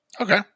Okay